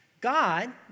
God